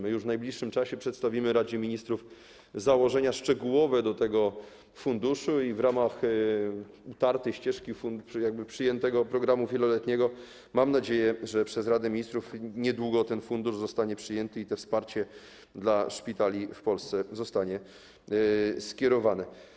My już w najbliższym czasie przedstawimy Radzie Ministrów założenia szczegółowe odnośnie do tego funduszu i w ramach utartej ścieżki, przyjętego programu wieloletniego, mam nadzieję, że przez Radę Ministrów niedługo ten fundusz zostanie przyjęty i to wsparcie dla szpitali w Polsce zostanie skierowane.